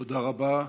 תודה רבה.